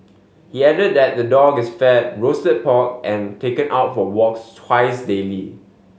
he added that the dog is fed roasted pork and taken out for walks twice daily